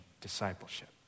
discipleship